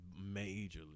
Majorly